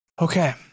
Okay